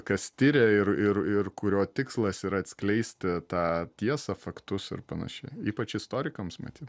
kas tiria ir ir ir kurio tikslas yra atskleisti tą tiesą faktus ir panašiai ypač istorikams matyt